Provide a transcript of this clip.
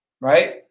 right